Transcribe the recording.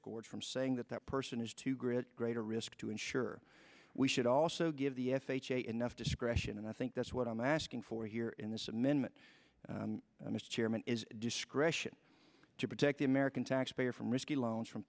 scores from saying that that person is to grit greater risk to insure we should also give the f h a enough discretion and i think that's what i'm asking for here in this amendment mr chairman is discretion to protect the american taxpayer from risky loans from